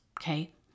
Okay